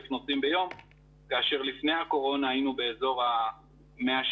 נוסעים ביום כאשר לפני הקורונה היינו באזור ה-170,000,